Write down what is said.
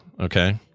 okay